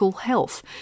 health